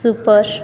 super